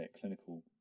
clinical